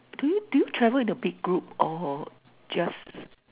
do you do you travel in a big group or just